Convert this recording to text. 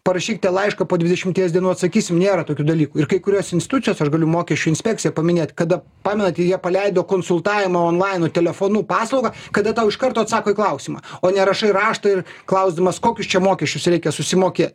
parašykite laišką po dvidešimties dienų atsakysim nėra tokių dalykų ir kai kurios instucijos aš galiu mokesčių inspekciją paminėt kada pamenat jie paleido konsultavimą onlainu telefonu paslaugą kada tau iš karto atsako į klausimą o nerašai rašto ir klausdamas kokius čia mokesčius reikia susimokėt